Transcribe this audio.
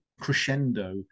crescendo